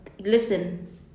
Listen